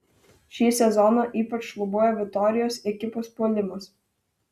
šį sezoną ypač šlubuoja vitorijos ekipos puolimas